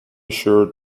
shared